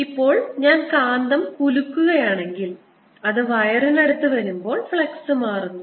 ഇപ്പോൾ ഞാൻ കാന്തം കുലുക്കുകയാണെങ്കിൽ അത് വയറിനടുത്ത് വരുമ്പോൾ ഫ്ലക്സ് മാറുന്നു